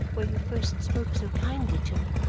where you first spoke so kindly to me!